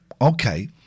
okay